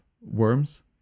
worms